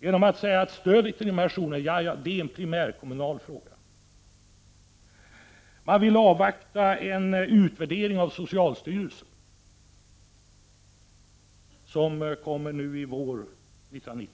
genom att säga att stödet till jourerna är en primärkommunal fråga. Man vill avvakta socialstyrelsens utvärdering, vilken väntas under våren 1990.